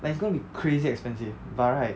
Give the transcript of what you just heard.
like it's gonna be crazy expensive but right